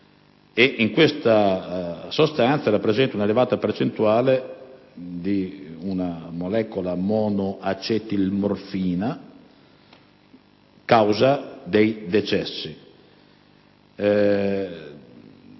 in tale sostanza era presente un'elevata percentuale di una molecola monoacetilmorfina, causa dei decessi.